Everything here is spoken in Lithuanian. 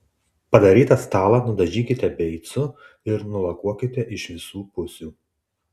padarytą stalą nudažykite beicu ir nulakuokite iš visų pusių